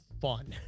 fun